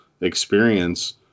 experience